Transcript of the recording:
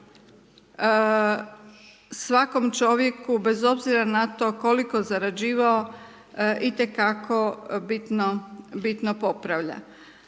svakom čovjeku, bez obzira na to, koliko zarađivao itekako bitno popravlja.